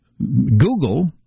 Google